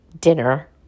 dinner